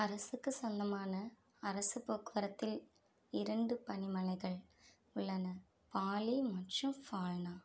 அரசுக்கு சொந்தமான அரசு போக்குவரத்தில் இரண்டு பனி மலைகள் உள்ளன பாலி மற்றும் ஃபால்னா